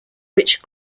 rich